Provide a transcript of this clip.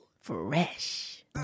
fresh